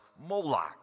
Moloch